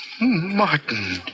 Martin